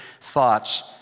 thoughts